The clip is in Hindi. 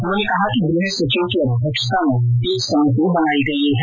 उन्होंने कहा कि गृह सचिव की अध्यक्षता में एक समिति बनाई गई है